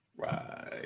Right